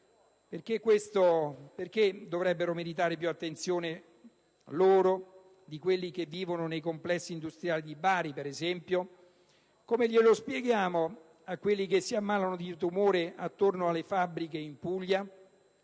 Perché dovrebbero meritare più attenzione loro di coloro che vivono, per esempio, nei complessi industriali di Bari? Come glielo spiegano a quelli che si ammalano di tumore attorno alle fabbriche della Puglia?